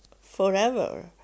Forever